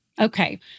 Okay